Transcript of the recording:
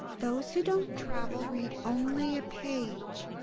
those who don't travel read only a page.